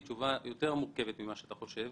היא תשובה יותר מורכבת ממה שאתה חושב,